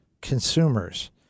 consumers